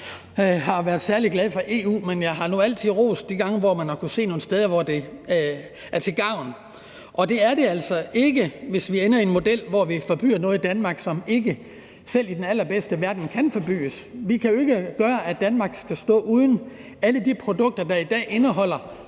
jeg har været særlig glad for EU, men jeg har nu altid rost det de gange, hvor man har kunnet se nogle steder, hvor det var til gavn. Og det er det altså ikke, hvis vi ender i en model, hvor vi forbyder noget i Danmark, som ikke, selv i den allerbedste verden, kan forbydes. Vi kan jo ikke gøre sådan, at Danmark skal stå uden alle de produkter, der i dag indeholder